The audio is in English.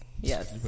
Yes